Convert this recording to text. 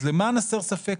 אז למען הסר ספק,